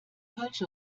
falsche